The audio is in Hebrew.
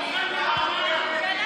חברי הכנסת, מכובדיי, רמאי, רמאי,